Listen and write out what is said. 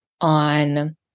on